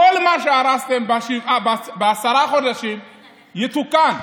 כל מה שהרסתם בעשרה חודשים יתוקן.